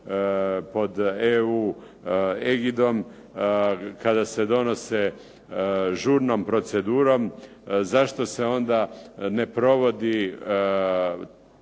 pod EU egidom, kada se donose žurnom procedurom, zašto se onda ne provodi